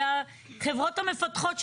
והחברות המפתחות,